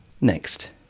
Next